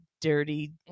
dirty